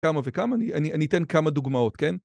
כמה וכמה אני אתן כמה דוגמאות כן?